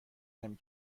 نمی